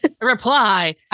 reply